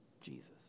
Jesus